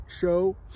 show